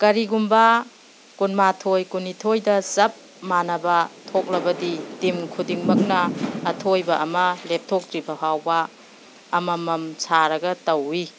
ꯀꯔꯤꯒꯨꯝꯕ ꯀꯨꯟꯃꯥꯊꯣ ꯀꯨꯟꯅꯤꯊꯣꯏꯗ ꯆꯞ ꯃꯥꯟꯅꯕ ꯊꯣꯛꯂꯕꯗꯤ ꯇꯤꯝ ꯈꯨꯗꯤꯡꯃꯛꯅ ꯑꯊꯣꯏꯕ ꯑꯃ ꯂꯦꯞꯊꯣꯛꯇ꯭ꯔꯤꯕ ꯐꯥꯎꯕ ꯑꯃꯃꯝ ꯁꯥꯔꯒ ꯇꯧꯏ